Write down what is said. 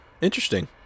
Interesting